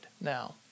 now